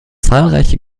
zahlreiche